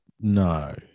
no